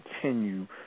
Continue